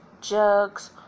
Jugs